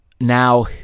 now